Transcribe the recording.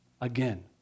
Again